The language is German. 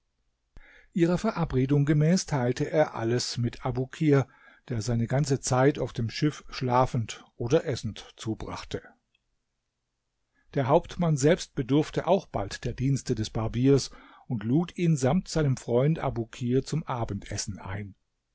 ihrer verabredung gemäß teilte er alles mit abukir der seine ganze zeit auf dem schiff schlafend oder essend zubrachte der hauptmann selbst bedurfte auch bald der dienste des barbiers und lud ihn samt seinem freund abukir zum abendessen ein